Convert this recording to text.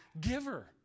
giver